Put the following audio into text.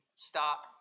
stop